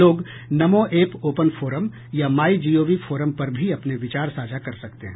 लोग Namo app open forum या My Gov forum पर भी अपने विचार साझा कर सकते हैं